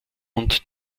und